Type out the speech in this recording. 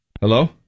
Hello